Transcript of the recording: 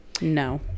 No